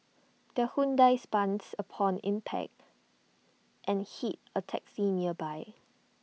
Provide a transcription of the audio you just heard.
the Hyundai spuns upon impact and hit A taxi nearby